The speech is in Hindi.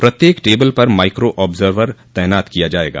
प्रत्येक टेबल पर माइक्रो आब्जवर तैनात किया जायेगा